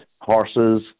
horses